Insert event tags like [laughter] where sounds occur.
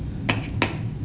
[noise]